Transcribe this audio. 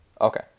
Okay